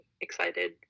excited